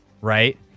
right